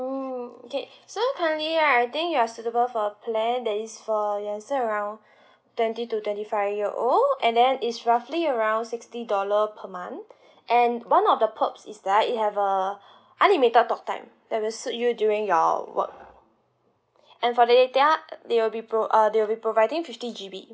mm okay so currently right I think you're suitable for a plan that is for yes around twenty to twenty five year old and then is roughly around sixty dollar per month and one of the perks is that it have uh unlimited talk time that will suit you during your work and for data they will be pro~ uh they will be providing fifty G_B